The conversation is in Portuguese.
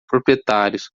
proprietários